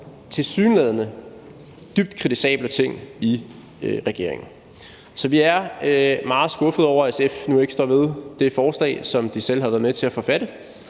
tilsyneladende foregår dybt kritisable ting i regeringen. Så vi er meget skuffede over, at SF nu ikke står ved det forslag, som de selv har været med til at forfatte.